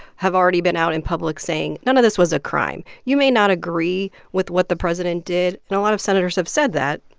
have already been out in public saying, none of this was a crime. you may not agree with what the president did, and a lot of senators have said that.